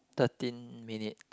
thirteen minute